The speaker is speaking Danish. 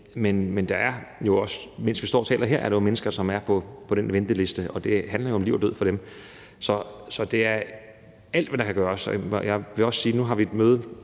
mening, men mens vi står og taler her, er der jo mennesker, som er på den venteliste, og det handler om liv og død for dem. Så det er alt, hvad der kan gøres. Jeg vil også sige, at nu får vi et møde